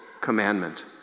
commandment